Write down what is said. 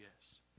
yes